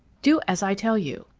do as i tell you.